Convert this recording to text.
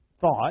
thought